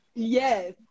Yes